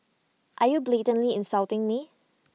are you blatantly insulting me